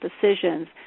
decisions